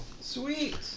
Sweet